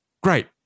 great